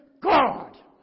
God